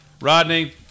Rodney